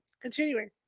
continuing